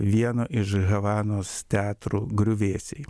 vieno iš havanos teatrų griuvėsiai